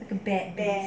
it's a bad beast